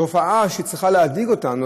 תופעה שצריכה להדאיג אותנו,